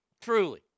Truly